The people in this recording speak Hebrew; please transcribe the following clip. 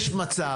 יש מצב.